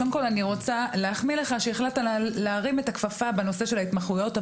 אני רוצה להחמיא לך שהחלטת להרים את הכפפה בנושא ההתמחויות.